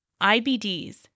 IBDs